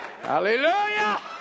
Hallelujah